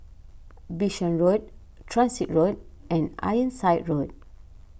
Bishan Road Transit Road and Ironside Road